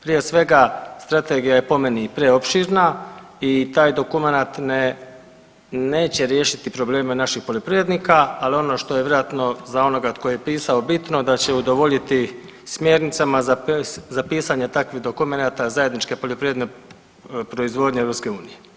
Prije svega, Strategija je po meni, preopširna i taj dokumenat neće riješiti probleme naših poljoprivrednika, ali ono što je vjerojatno za onoga tko je pisao, bitno, da će udovoljiti smjernicama za pisanje takvih dokumenata zajedničke poljoprivredne proizvodnje EU.